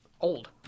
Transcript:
old